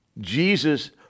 Jesus